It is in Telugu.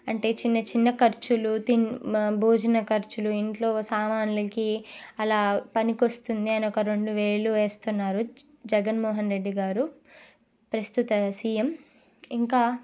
అంటే చిన్న చిన్న ఖర్చులు భోజన ఖర్చులు ఇంట్లో సామాన్లకి అలా పనికొస్తుందని ఒక రెండు వేలు వేస్తున్నారు జ జగన్ మోహన్ రెడ్డి గారు ప్రస్తుత సీఎం ఇంకా